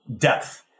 depth